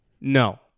no